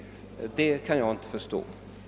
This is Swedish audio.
Jag kan inte förstå någonting annat.